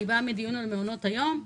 אני באה מדיון על מעונות היום,